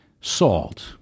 salt